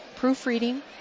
proofreading